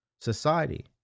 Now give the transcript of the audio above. society